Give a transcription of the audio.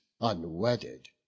unwedded